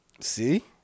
See